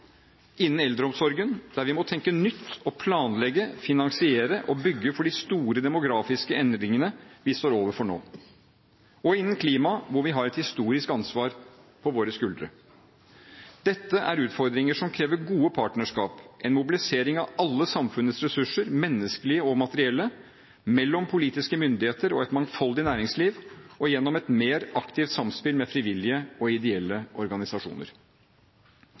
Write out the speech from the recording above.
innen eldreomsorgen, der vi må tenke nytt og planlegge, finansiere og bygge for de store demografiske endringene vi står overfor nå og innen klima, hvor vi har et historisk ansvar på våre skuldre Dette er utfordringer som krever gode partnerskap og en mobilisering av alle samfunnets ressurser, menneskelige og materielle – mellom politiske myndigheter og et mangfoldig næringsliv og gjennom et mer aktivt samspill med frivillige og ideelle organisasjoner.